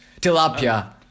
Tilapia